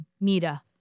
Mira